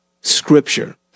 scripture